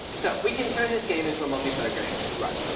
so we can turn this game into a multiplayer game, right?